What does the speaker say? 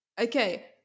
Okay